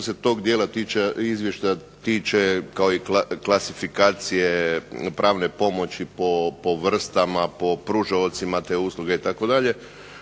što se tog dijela izvještaja tiče kao i klasifikacije pravne pomoći po vrstama, po pružaocima te usluge itd.